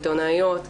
עיתונאיות.